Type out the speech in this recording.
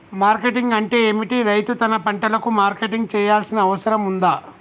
Marketing అంటే ఏమిటి? రైతు తన పంటలకు మార్కెటింగ్ చేయాల్సిన అవసరం ఉందా?